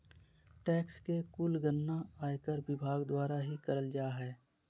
tax के कुल गणना आयकर विभाग द्वारा ही करल जा हय